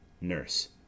Nurse